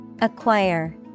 Acquire